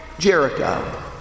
Jericho